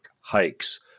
hikes